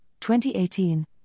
2018